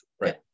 right